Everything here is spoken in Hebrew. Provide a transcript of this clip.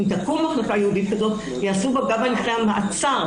אם תקום מחלקה ייעודית כזאת ייעשו בה גם הליכי המעצר,